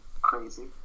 crazy